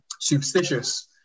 superstitious